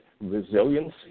resiliency